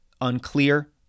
unclear